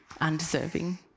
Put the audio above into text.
undeserving